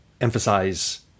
emphasize